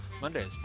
Mondays